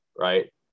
right